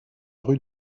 rue